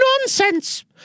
Nonsense